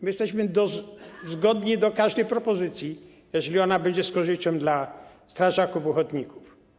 My jesteśmy zgodni co do każdej propozycji, jeżeli ona będzie z korzyścią dla strażaków ochotników.